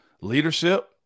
Leadership